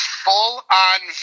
full-on